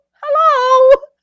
Hello